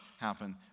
happen